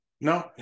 no